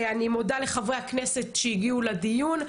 אני מודה לחברי הכנסת שהגיעו לדיון.